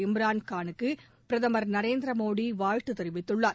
இம்ரான்காலுக்கு பிரதமர் நரேந்திரமோடி வாழ்த்து தெரிவித்துள்ளார்